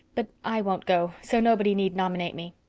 but i won't go, so nobody need nominate me.